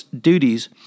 duties